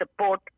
support